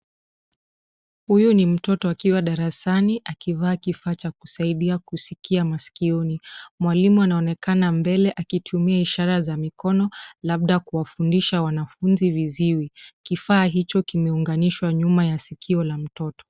Huyu ni mtoto akiwa darasani, akivaa kifaa cha kusaidia kusikia masikioni. Mwalimu anaonekana mbele akitumia ishara za mikono, labda kuwafundisha wanafunzi viziwi. Kifaa hicho kimeunganishwa nyuma ya sikio la mtoto.